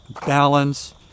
balance